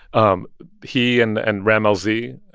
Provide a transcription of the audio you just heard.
um he and and rammellzee,